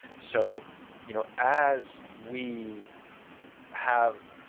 so you know as we have